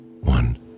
one